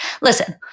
listen